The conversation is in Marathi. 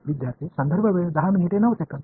विद्यार्थी व्हेरिएबल्स